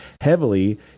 heavily